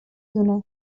دونه